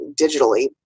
digitally